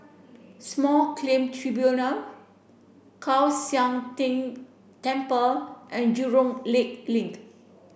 Small Claim Tribunal Kwan Siang Tng Temple and Jurong Lake Link